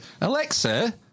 Alexa